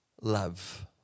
love